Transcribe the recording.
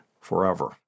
forever